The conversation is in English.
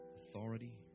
authority